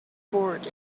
forward